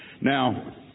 Now